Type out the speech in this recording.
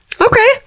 Okay